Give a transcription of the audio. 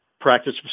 Practice